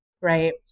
right